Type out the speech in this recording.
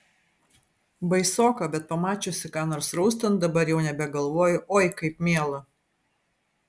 baisoka bet pamačiusi ką nors raustant dabar jau nebegalvoju oi kaip miela